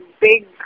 big